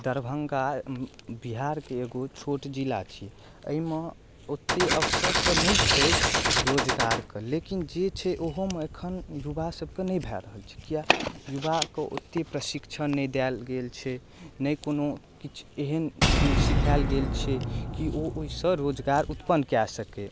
दरभङ्गा बिहारके एगो छोट जिला छी एहिमे ओतेक अवसर तऽ नहि छै रोजगारके लेकिन जे छै ओहोमे एखन युवासभके नहि भऽ रहल छै किएकि युवाके ओतेक प्रशिक्षण नहि देल गेल छै नहि कोनो किछु एहन चीज सिखाएल गेल छै कि ओ ओहिसँ रोजगार उत्पन्न कऽ सकै